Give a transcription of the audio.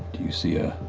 do you see a